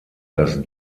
das